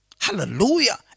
Hallelujah